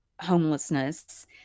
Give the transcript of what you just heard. homelessness